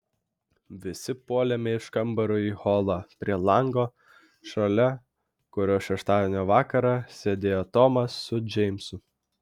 visi puolėme iš kambario į holą prie lango šalia kurio šeštadienio vakarą sėdėjo tomas su džeimsu